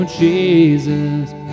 Jesus